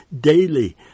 daily